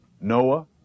Noah